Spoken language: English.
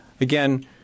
again